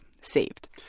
saved